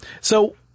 So-